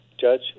Judge